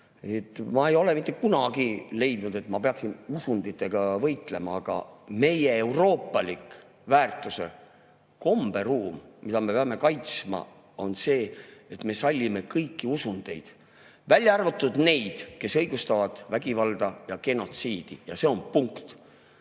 Ma ei ole mitte kunagi leidnud, et ma peaksin usunditega võitlema. Meie euroopalik väärtus- ja komberuum, mida me peame kaitsma, on see, et me sallime kõiki usundeid, välja arvatud neid, kes õigustavad vägivalda ja genotsiidi. Ja punkt!